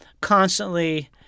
constantly